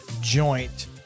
Joint